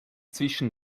zwischen